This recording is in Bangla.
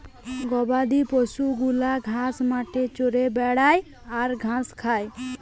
গবাদি পশু গুলা ঘাস মাঠে চরে বেড়ায় আর ঘাস খায়